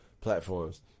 platforms